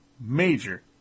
major